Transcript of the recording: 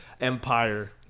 empire